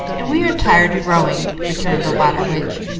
and we are tired of rowing, returned the water witch,